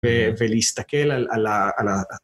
ולהסתכל על...